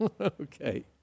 Okay